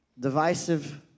divisive